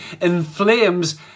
inflames